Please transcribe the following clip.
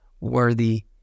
worthy